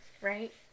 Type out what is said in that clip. Right